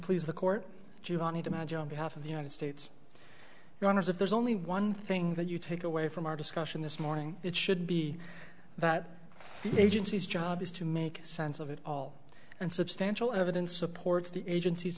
please the court juanita maj on behalf of the united states runners if there's only one thing that you take away from our discussion this morning it should be that agency's job is to make sense of it all and substantial evidence supports the agenc